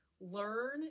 Learn